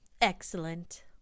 excellent